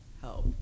help